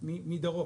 שומרון מדרום,